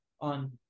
on